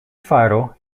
faro